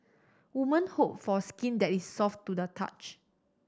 woman hope for skin that is soft to the touch